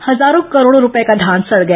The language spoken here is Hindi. हजारों करोडो रूपए का धान सड गया